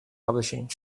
publishing